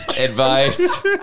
advice